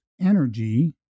energy